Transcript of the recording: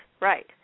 right